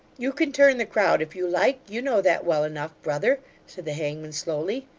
you can turn the crowd if you like, you know that well enough, brother said the hangman, slowly.